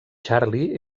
charlie